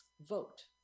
vote